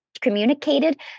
communicated